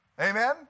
Amen